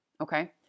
Okay